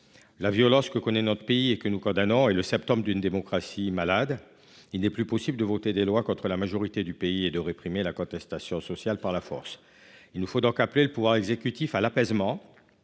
La violence que connaît notre pays et que nous condamnons est le symptôme d'une démocratie malade. Il n'est plus possible de voter des lois contre la majorité du pays ni de réprimer la contestation sociale par la force. Il nous faut donc appeler le pouvoir exécutif à l'apaisement,